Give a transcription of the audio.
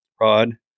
rod